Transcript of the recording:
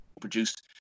produced